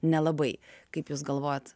nelabai kaip jūs galvojat